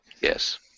Yes